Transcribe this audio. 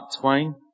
Twain